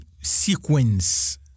sequence